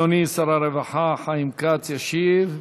אדוני שר הרווחה חיים כץ ישיב.